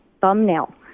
thumbnail